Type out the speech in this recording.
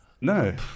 No